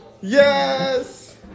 Yes